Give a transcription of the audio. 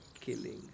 killing